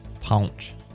Punch